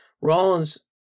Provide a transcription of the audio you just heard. Rollins